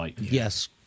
Yes